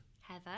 Heather